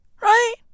Right